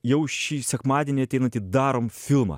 jau šį sekmadienį ateinantį darom filmą